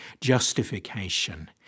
justification